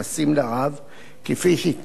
כפי שהתפרסמו בתקשורת,